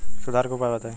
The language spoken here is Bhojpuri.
सुधार के उपाय बताई?